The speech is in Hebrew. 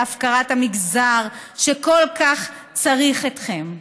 בהפקרת המגזר שכל כך צריך אתכם.